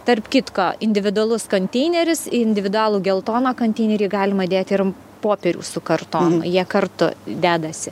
tarp kitko individualus konteineris į individualų geltoną konteinerį galima dėti ir popierių su kartonu jie kartu dedasi